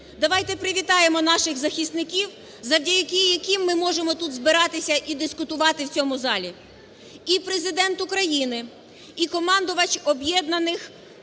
Давайте привітаємо наших захисників, завдяки яким ми можемо тут збиратися і дискутувати в цьому залі. І Президент України, і командувач операції